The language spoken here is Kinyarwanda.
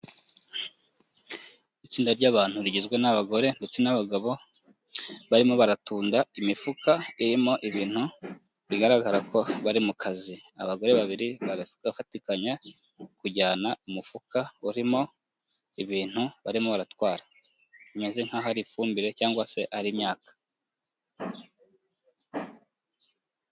Itsinda ry'abantu rigizwe n'abagore ndetse n'abagabo, barimo baratunda imifuka irimo ibintu bigaragara ko bari mu kazi, abagore babiri bagafatikanya mu kujyana umufuka urimo ibintu barimo baratwara, bimeze nkaho ari ifumbire, cyangwa se ari imyaka.